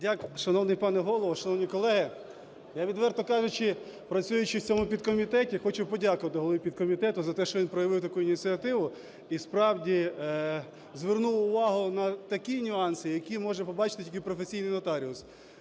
Р.П. Шановний пане голово, шановні колеги! Я, відверто кажучи, працюючи в цьому підкомітеті, хочу подякувати голові підкомітету за те, що він проявив таку ініціативу і справді звернув увагу на такі нюанси, які може побачити тільки професійний нотаріус.